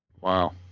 Wow